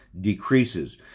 decreases